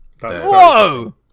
whoa